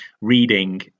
Reading